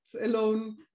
alone